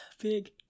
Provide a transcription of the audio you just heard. big